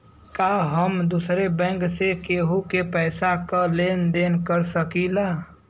का हम दूसरे बैंक से केहू के पैसा क लेन देन कर सकिला?